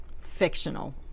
fictional